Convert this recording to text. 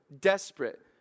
Desperate